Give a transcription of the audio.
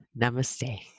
Namaste